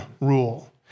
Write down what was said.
rule